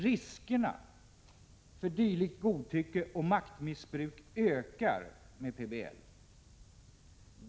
Riskerna för dylikt godtycke och maktmissbruk ökar med PBL.